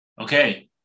Okay